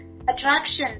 Attractions